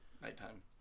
nighttime